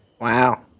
Wow